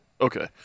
Okay